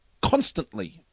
constantly